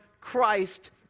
Christ